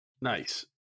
Nice